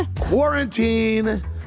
Quarantine